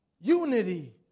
Unity